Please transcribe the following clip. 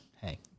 hey